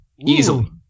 Easily